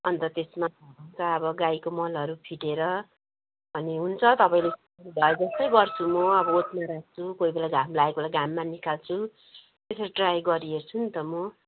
अन्त त्यसमा अब गाईको मलहरू फिटेर अनि हुन्छ तपाईँले जस्तै गर्छु म अब ओतमा राख्छु कोही बेला घाम लागेको बेला घाममा निकाल्छु त्यसरी ट्राई गरी हेर्छु नि त म